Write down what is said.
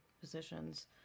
positions